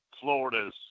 Florida's